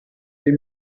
dei